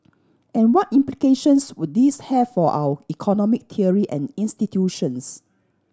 and what implications would this have for our economic theory and institutions